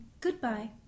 Goodbye